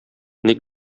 ник